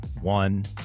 one